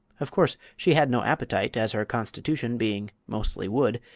of course she had no appetite, as her constitution, being mostly wood,